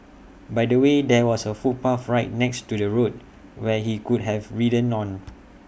by the way there was A footpath right next to the road where he could have ridden on